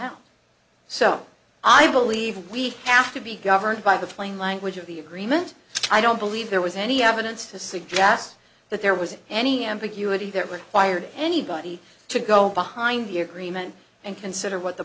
out so i believe we have to be governed by the plain language of the agreement i don't believe there was any evidence to suggest that there was any ambiguity that required anybody to go behind the agreement and consider what the